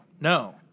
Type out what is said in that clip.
No